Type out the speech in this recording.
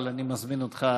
אבל אני מזמין אותך